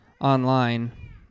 online